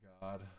god